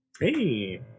Hey